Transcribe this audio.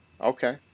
Okay